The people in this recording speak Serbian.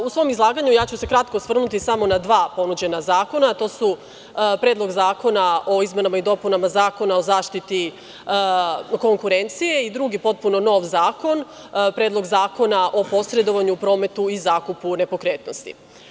U svom izlaganju, ja ću se kratko osvrnuti samo na dva ponuđena zakona, a to su Predlog zakona o izmenama i dopunama Zakona o zaštiti konkurencije i drugi, potpuno nov zakon, Predlog zakona o posredovanju u prometu i zakupu nepokretnosti.